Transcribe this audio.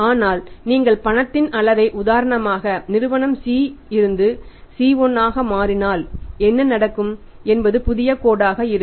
ஆனால் நீங்கள் பணத்தின் அளவை உதாரணமாக நிறுவனம் C இருந்து C 1 ஆக மாற்றினால் என்ன நடக்கும் என்பது புதிய கோடாக இருக்கும்